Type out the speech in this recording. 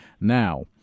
Now